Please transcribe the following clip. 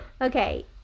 okay